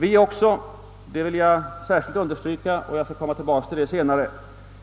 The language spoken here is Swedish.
Vi är också, det vill jag särskilt understryka och skall strax återkomma härtill,